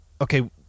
okay